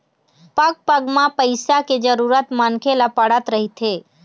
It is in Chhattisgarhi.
पग पग म पइसा के जरुरत मनखे ल पड़त रहिथे